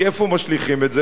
כי איפה משליכים את זה?